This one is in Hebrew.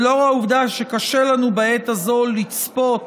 ולאור העובדה שקשה לנו בעת הזאת לצפות